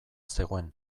zegoen